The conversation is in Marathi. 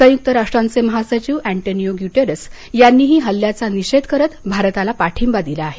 संयुक्त राष्ट्रांचे महासचिव अन्तेनिओ गुटेरस यांनीही हल्ल्याचा निषेध करत भारताला पाठींबा दिला आहे